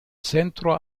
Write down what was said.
centro